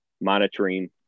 monitoring